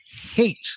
hate